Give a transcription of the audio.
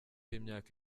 y’imyaka